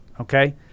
okay